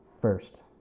first